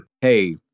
hey